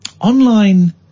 Online